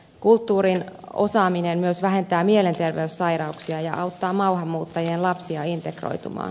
kulttuurin osaaminen myös vähentää mielenterveyssairauksia ja auttaa maahanmuuttajien lapsia integroitumaan